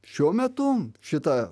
šiuo metu šita